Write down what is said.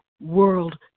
World